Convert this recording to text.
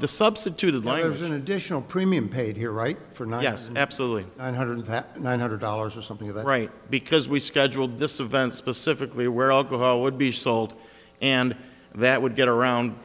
the substituted lawyers an additional premium paid here right for now yes absolutely and hundred nine hundred dollars or something of the right because we scheduled this event specifically where alcohol would be sold and that would get around